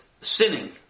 sinning